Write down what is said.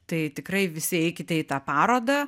tai tikrai visi eikite į tą parodą